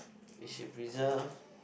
we should preserve